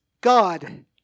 God